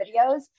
videos